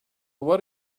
what